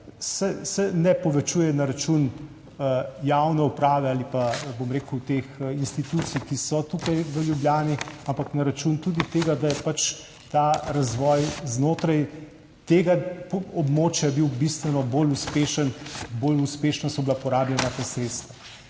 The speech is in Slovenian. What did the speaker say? se ne povečuje na račun javne uprave ali pa teh institucij, ki so tukaj v Ljubljani, ampak tudi na račun tega, da je pač bil ta razvoj znotraj tega območja bistveno bolj uspešen, bolj uspešno so bila porabljena ta sredstva.